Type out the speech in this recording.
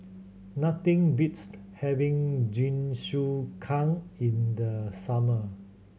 nothing beats having Jingisukan in the summer